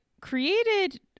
created